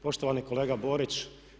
Poštovani kolega Borić.